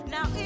Now